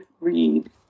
read